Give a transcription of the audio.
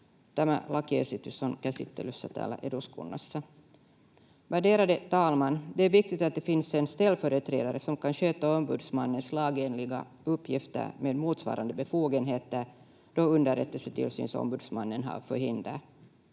Tämä lakiesitys on käsittelyssä täällä eduskunnassa. Värderade talman! Det är viktigt att det finns en ställföreträdare som kan sköta ombudsmannens lagenliga uppgifter med motsvarande befogenheter då underrättelsetillsynsombudsmannen har förhinder.